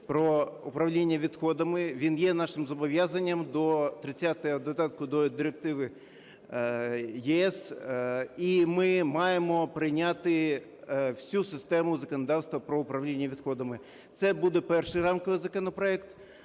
про управління відходами, він є нашим зобов'язанням до 30-го Додатку до Директиви ЄС, і ми маємо прийняти всю систему законодавства про управління відходами. Це буде перший рамковий законопроект.